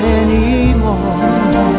anymore